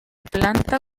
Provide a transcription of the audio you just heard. planta